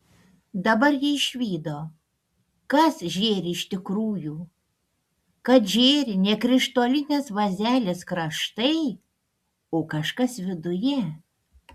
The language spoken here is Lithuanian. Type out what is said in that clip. dabar ji išvydo kas žėri iš tikrųjų kad žėri ne krištolinės vazelės kraštai o kažkas viduje